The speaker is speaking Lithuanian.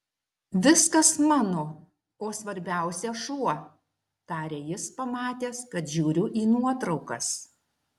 viskas mano o svarbiausia šuo tarė jis pamatęs kad žiūriu į nuotraukas